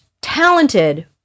talented